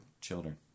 children